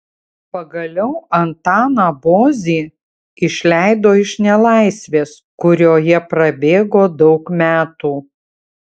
pagaliau antaną bozį išleido iš nelaisvės kurioje prabėgo daug metų